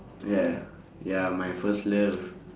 ya ya my first love